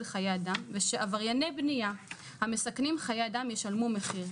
חיי אדם ושעברייני בניה המסכנים חיי אדם ישלמו מחיר,